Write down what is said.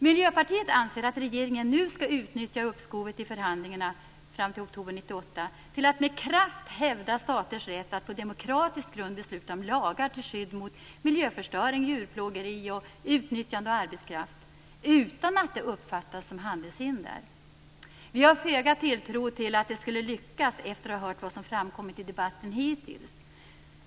Miljöpartiet anser att regeringen nu skall utnyttja uppskovet i förhandlingarna, fram till oktober 1998, till att med kraft hävda staters rätt att på demokratisk grund besluta om lagar till skydd mot miljöförstöring, djurplågeri och utnyttjande av arbetskraft utan att det uppfattas som handelshinder. Vi har föga tilltro till att det skall lyckas efter att ha hört vad som framkommit i debatten hittills.